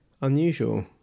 Unusual